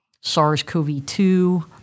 SARS-CoV-2